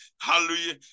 Hallelujah